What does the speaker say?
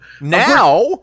Now